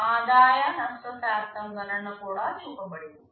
ఆదాయ నష్ట శాతం గణన కూడా చూపబడింది